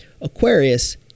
Aquarius